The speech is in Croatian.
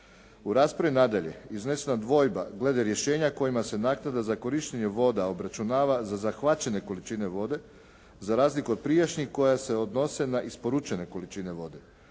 U raspravi nadalje iznesena dvojba glede rješenja kojima se naknada za korištenje voda obračunava za zahvaćene količine vode za razliku od prijašnjih koje se odnose na isporučene količine vode.